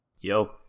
Yo